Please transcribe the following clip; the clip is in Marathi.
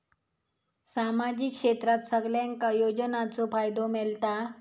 सामाजिक क्षेत्रात सगल्यांका योजनाचो फायदो मेलता?